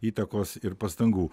įtakos ir pastangų